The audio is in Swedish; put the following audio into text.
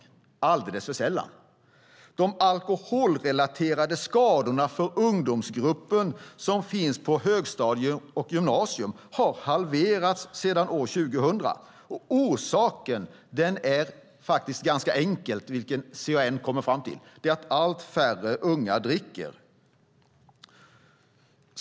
Det är alldeles för sällan. De alkoholrelaterade skadorna för den ungdomsgrupp som finns på högstadiet och gymnasiet har halverats sedan år 2000. Orsaken är ganska enkel, kommer CAN fram till. Det är att allt färre unga dricker.